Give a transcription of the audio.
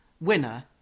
winner